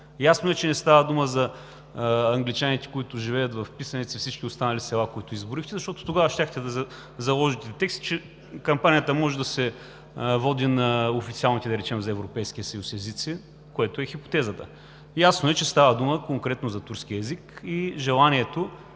Ясно е, че не става дума за англичаните, които живеят вписани във всички останали села, които изброихте, защото тогава щяхте да заложите в текста, че кампанията може да се води, да речем, на официалните за Европейския съюз езици, което е хипотезата. Ясно е, че конкретно става дума за турския език и желанието